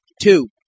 Two